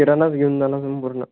किराणाच घेऊन जा ना तुम्ही पूर्ण